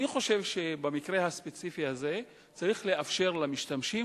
אני חושב שבמקרה הספציפי הזה צריך לאפשר למשתמשים